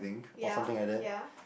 ya ya